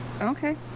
okay